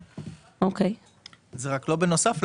זה גם מקובל.